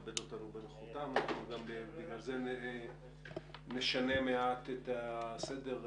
לכבד אתנו בנוכחותם ולכן נשנה מעט את הסדר.